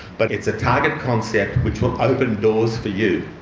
but it's a target concept which will open doors for you.